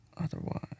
Otherwise